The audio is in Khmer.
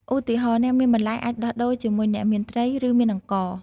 ឧទាហរណ៍ អ្នកមានបន្លែអាចដោះដូរជាមួយអ្នកមានត្រី ឬមានអង្ករ។